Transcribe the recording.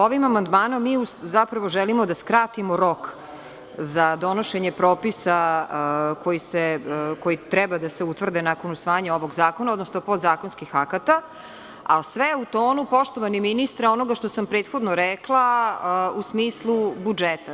Ovim amandmanom mi zapravo želimo da skratimo rok za donošenje propisa koji treba da se utvrde nakon usvajanja ovog zakona, odnosno podzakonskih akata, a sve u tonu, poštovani ministre, onoga što sam prethodno rekla, u smislu budžeta.